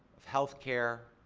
of healthcare,